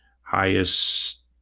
Highest